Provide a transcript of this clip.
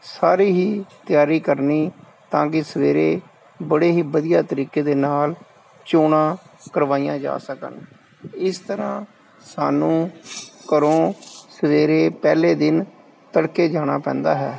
ਸਾਰੀ ਹੀ ਤਿਆਰੀ ਕਰਨੀ ਤਾਂ ਕਿ ਸਵੇਰੇ ਬੜੇ ਹੀ ਵਧੀਆ ਤਰੀਕੇ ਦੇ ਨਾਲ ਚੋਣਾਂ ਕਰਵਾਈਆਂ ਜਾ ਸਕਣ ਇਸ ਤਰ੍ਹਾਂ ਸਾਨੂੰ ਘਰੋਂ ਸਵੇਰੇ ਪਹਿਲੇ ਦਿਨ ਤੜਕੇ ਜਾਣਾ ਪੈਂਦਾ ਹੈ